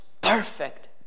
perfect